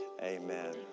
Amen